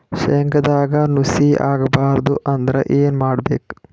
ಶೇಂಗದಾಗ ನುಸಿ ಆಗಬಾರದು ಅಂದ್ರ ಏನು ಮಾಡಬೇಕು?